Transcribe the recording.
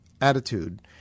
attitude